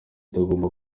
tugomba